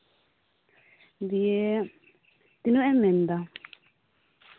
ᱫᱤᱭᱮ ᱛᱤᱱᱟᱹᱜ ᱮᱢ ᱢᱮᱱᱫᱟ